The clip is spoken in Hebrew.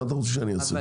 מה אתה רוצה שאני אעשה,